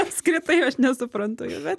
apskritai aš nesuprantu jų bet